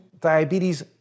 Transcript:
diabetes